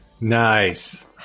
Nice